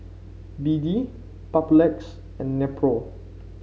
B D Papulex and Nepro